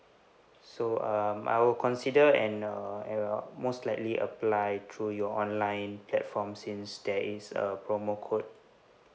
so um I will consider and uh uh most likely apply through your online platform since there is a promo code